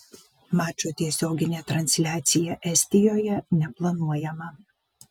mačo tiesioginė transliacija estijoje neplanuojama